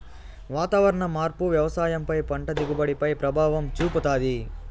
వాతావరణ మార్పు వ్యవసాయం పై పంట దిగుబడి పై ప్రభావం చూపుతాది